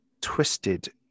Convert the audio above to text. twisted